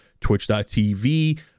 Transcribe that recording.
twitch.tv